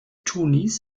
tunis